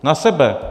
Na sebe!